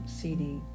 CD